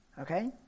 Okay